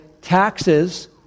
taxes